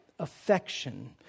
Affection